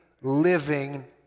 living